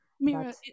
Mira